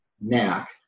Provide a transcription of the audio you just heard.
Knack